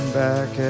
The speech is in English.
back